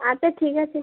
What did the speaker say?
আচ্ছা ঠিক আছে